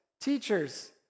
Teachers